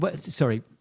sorry